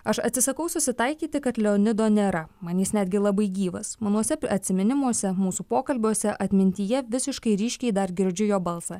aš atsisakau susitaikyti kad leonido nėra man jis netgi labai gyvas manuose atsiminimuose mūsų pokalbiuose atmintyje visiškai ryškiai dar girdžiu jo balsą